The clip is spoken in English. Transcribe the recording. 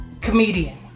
comedian